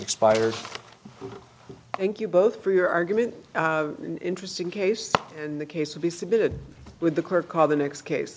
expired thank you both for your argument interesting case the case will be submitted with the court called the next case